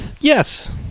Yes